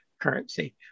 currency